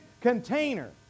container